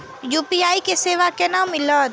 UPI के सेवा केना मिलत?